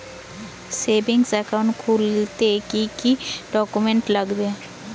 Savings account খুলতে কি কি ডকুমেন্টস লাগবে?